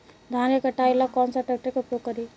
धान के कटाई ला कौन सा ट्रैक्टर के उपयोग करी?